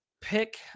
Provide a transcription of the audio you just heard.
pick